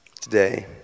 Today